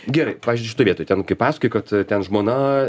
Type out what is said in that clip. gerai pavyzdžiui šitoj vietoj ten kaip pasakojai kad ten žmona